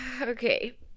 Okay